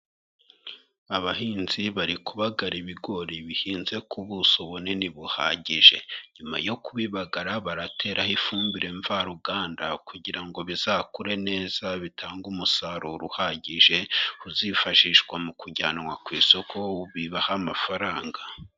Abahinzi bari kubagara ibigori bihinze ku buso bunini buhagije. Nyuma yo kubibagara barateraho ifumbire mvaruganda kugira ngo bizakure neza bitange umusaruro uhagije uzifashishwa mu kujyanwa ku isoko, bibahe amafaranga.